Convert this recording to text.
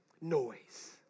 Noise